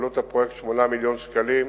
עלות הפרויקט: 8 מיליוני שקלים.